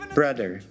brother